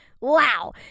Wow